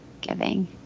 giving